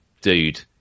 dude